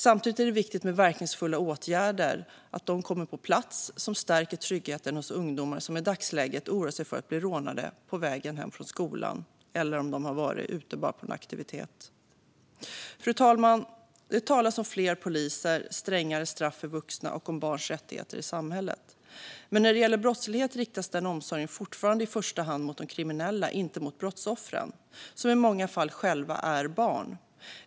Samtidigt är det viktigt att få på plats verkningsfulla åtgärder som stärker tryggheten hos ungdomar som i dagsläget oroar sig för att bli rånade på vägen hem från skolan eller när de bara varit ute på en aktivitet. Fru talman! Det talas om fler poliser, strängare straff för vuxna och om barns rättigheter i samhället. Men när det gäller brottslighet riktas den omsorgen fortfarande i första hand mot de kriminella, inte mot brottsoffren som i många fall själva är barn.